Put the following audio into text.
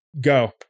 go